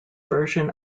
version